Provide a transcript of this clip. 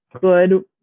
good